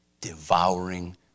Devouring